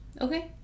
Okay